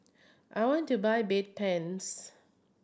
I want to buy Bedpans